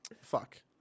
Fuck